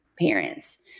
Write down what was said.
parents